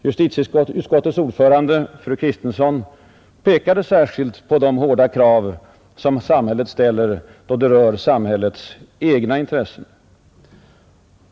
Justitieutskottets ordförande fru Kristensson pekade särskilt på de hårda krav som samhället ställer då det rör samhällets egna intressen.